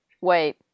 wait